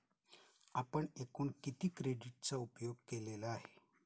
आपण एकूण किती क्रेडिटचा उपयोग केलेला आहे?